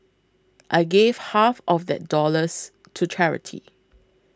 I gave half of that dollars to charity